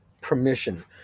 permission